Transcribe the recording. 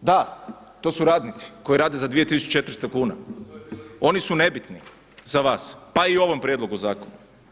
da to su radnici koji rade za 2.400 kuna oni su nebitni za vas pa i u ovom prijedlogu zakona.